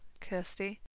Kirsty